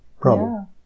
problem